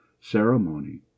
ceremony